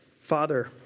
Father